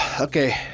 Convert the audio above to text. Okay